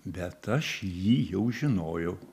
bet aš jį jau žinojau